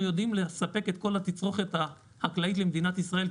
יודעים לספק את כל התצרוכת החקלאית למדינת ישראל,